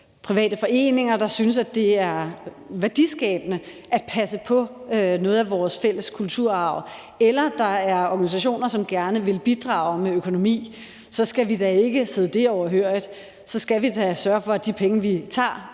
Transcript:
private foreninger, der synes, at det er værdiskabende at passe på noget af vores fælles kulturarv, eller der er organisationer, som gerne vil bidrage med økonomi, skal vi da ikke sidde det overhørig. Så skal vi da sørge for, at de penge, vi tager